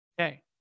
Okay